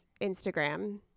Instagram